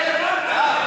התשע"ט 2018,